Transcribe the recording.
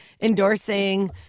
endorsing